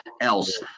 else